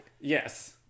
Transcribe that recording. Yes